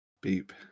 beep